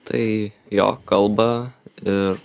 tai jo kalba ir